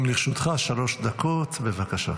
גם לרשותך שלוש דקות, בבקשה.